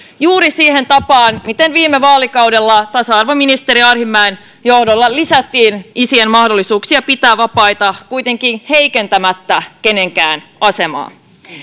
juuri siihen tapaan miten viime vaalikaudella tasa arvoministeri arhinmäen johdolla lisättiin isien mahdollisuuksia pitää vapaita kuitenkaan heikentämättä kenenkään asemaa